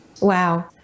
Wow